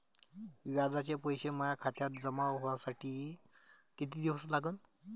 व्याजाचे पैसे माया खात्यात जमा व्हासाठी कितीक दिवस लागन?